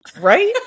right